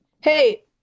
Hey